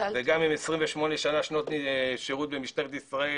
וגם עם 28 שנות שירות במשטרת ישראל